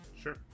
Sure